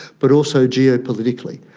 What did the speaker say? but also geopolitically.